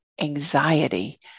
anxiety